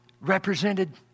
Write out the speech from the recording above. represented